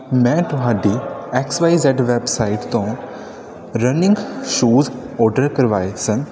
ਮੈਂ ਤੁਹਾਡੀ X Y Z website ਤੋਂ ਰਨਿੰਗ ਸੂਜ ਔਡਰ ਕਰਵਾਏ ਸਨ